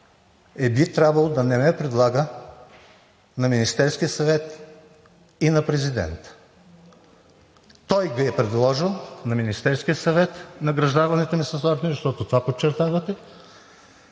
би трябвало да не ме предлага на Министерския съвет и на президента. Той е предложил на Министерския съвет награждаването ми с орден, защото това подчертавате,